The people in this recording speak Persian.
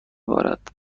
بارد